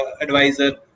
advisor